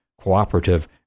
cooperative